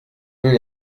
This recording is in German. will